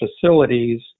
facilities